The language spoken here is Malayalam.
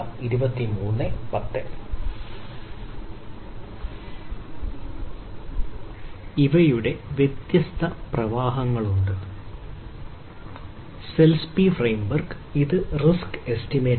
ഇവയുടെ വ്യത്യസ്ത പ്രവാഹങ്ങളുണ്ട് സെൽസിഎസ്പി ഫ്രെയിംവർക് അത് റിസ്ക് എസ്റ്റിമേറ്റാണ്